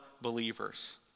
believers